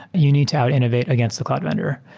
you need to out innovate against the cloud vendor.